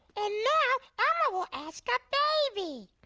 and now, elmo will ask a baby.